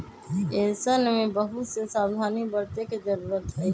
ऐसन में बहुत से सावधानी बरते के जरूरत हई